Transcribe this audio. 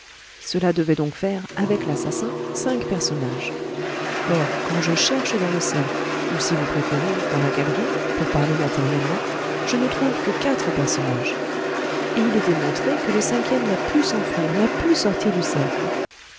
cela devait donc faire avec l'assassin cinq personnages or quand je cherche dans le cercle ou si vous préférez dans la galerie pour parler matériellement je ne trouve que quatre personnages et il est démontré que le cinquième n'a pu s'enfuir n'a pu sortir du cercle